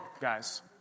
guys